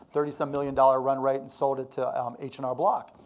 thirty some million run rate, and sold it to um h and r block.